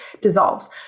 dissolves